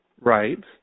Right